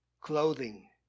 clothing